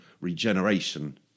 regeneration